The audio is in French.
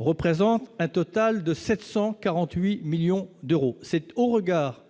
représente un total de 748 millions d'euros, c'est au regard